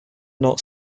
not